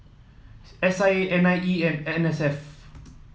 S I A N I E and N S F